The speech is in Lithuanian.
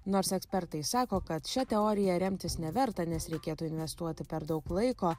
nors ekspertai sako kad šia teorija remtis neverta nes reikėtų investuoti per daug laiko